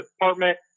department